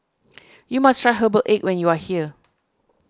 you must try Herbal Egg when you are here